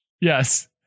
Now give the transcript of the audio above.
Yes